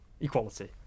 equality